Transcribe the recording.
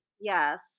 Yes